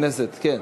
השתתפתי.